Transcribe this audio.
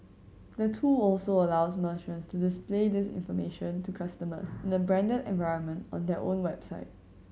the tool also allows merchants to display this information to customers in a branded environment on their own website